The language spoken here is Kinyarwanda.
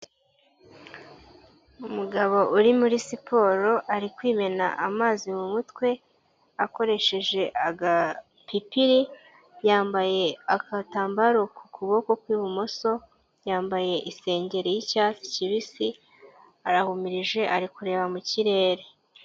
Umugabo uri muri siporo ari kwimena amazi mu mutwe akoresheje agapipiri, yambaye agatambaro ku kuboko kw'ibumoso, yambaye isengeri y'icyatsi kibisi, arahumirije ari kureba mu kirere.